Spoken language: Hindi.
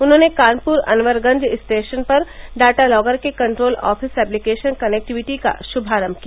उन्होंने कानपुर अनवरगंज स्टेशन पर डाटा लागर के कन्ट्रोल आफिस ऐप्लीकेशन कनेक्टीविटी का श्मारम्भ किया